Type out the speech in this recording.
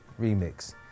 remix